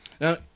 Now